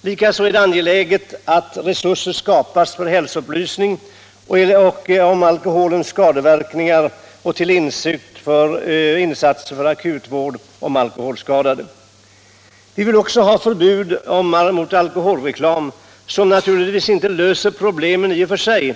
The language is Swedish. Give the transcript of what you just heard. Likaså är det angeläget att resurser skapas för hälsoupplysning om alkoholens skadeverkningar och vid insatser för akutvård av alkoholskadade. Vi vill också ha förbud mot alkoholreklam, vilket naturligtvis inte löser problemen i och för sig.